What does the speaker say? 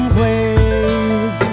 ways